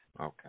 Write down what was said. Okay